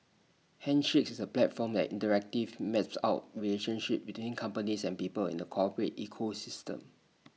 handshakes is A platform that interactively maps out relationships between companies and people in the corporate ecosystem